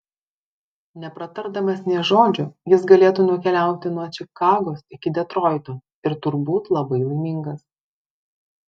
nepratardamas nė žodžio jis galėtų nukeliauti nuo čikagos iki detroito ir turbūt labai laimingas